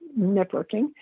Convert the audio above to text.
networking